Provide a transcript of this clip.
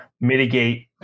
mitigate